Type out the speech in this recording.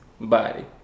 body